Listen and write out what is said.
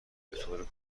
بطور